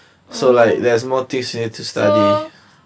oh so